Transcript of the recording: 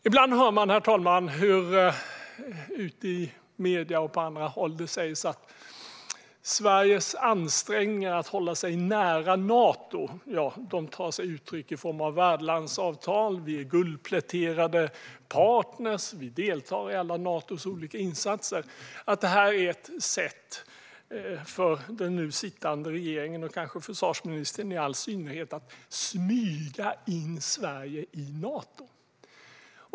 Ibland hör man, herr talman, i medier och på andra håll att det sägs att Sveriges ansträngningar att hålla sig nära Nato, som tar sig uttryck i form av värdlandsavtal, av att vi är guldpläterade partner och av att vi deltar i alla Natos olika insatser, är ett sätt för den nu sittande regeringen och kanske försvarsministern i all synnerhet att smyga in Sverige i Nato.